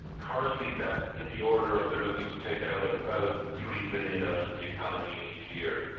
currently that's in the order of they're looking to take out about three billion out of the economy in each year.